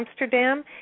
Amsterdam